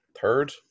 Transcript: third